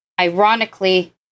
Ironically